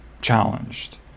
challenged